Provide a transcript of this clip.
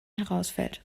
herausfällt